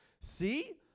See